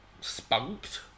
spunked